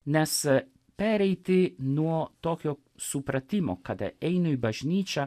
nes pereiti nuo tokio supratimo kada einu į bažnyčią